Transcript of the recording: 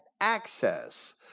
access